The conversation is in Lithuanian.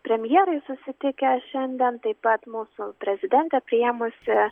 premjerai susitikę šiandien taip pat mūsų prezidentė priėmusi